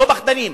לא פחדנים,